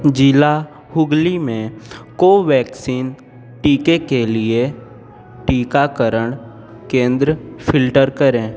ज़िला हुगली में कोवैक्सीन टीके के लिए टीकाकरण केंद्र फ़िल्टर करें